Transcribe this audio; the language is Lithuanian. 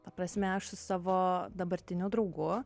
ta prasme aš su savo dabartiniu draugu